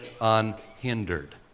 unhindered